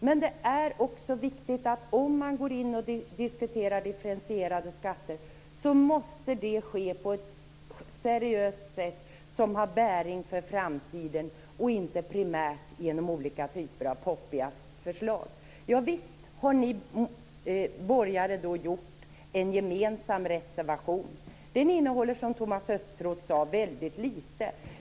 Men om man går in och diskuterar differentierade skatter är det också viktigt att det sker på ett seriöst sätt som har bäring för framtiden och inte primärt genom olika typer av poppiga förslag. Visst har ni borgerliga gjort en gemensam reservation. Den innehåller, som Thomas Östros sade, väldigt litet.